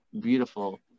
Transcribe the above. beautiful